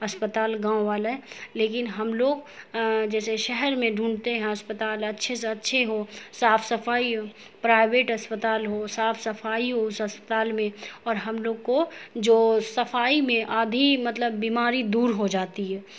اسپتال گاؤں والے لیکن ہم لوگ جیسے شہر میں ڈھونڈتے ہیں اسپتال اچھے سے اچھے ہوں صاف صفائی پرائیویٹ اسپتال ہو صاف صفائی ہو اس اسپتال میں اور ہم لوگ کو جو صفائی میں آدھی مطلب بیماری دور ہو جاتی ہے